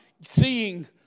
seeing